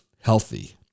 healthy